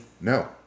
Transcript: No